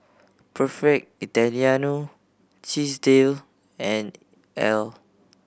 Perfect Italiano Chesdale and Elle